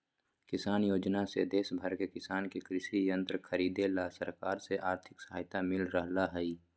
किसान योजना से देश भर के किसान के कृषि यंत्र खरीदे ला सरकार से आर्थिक सहायता मिल रहल हई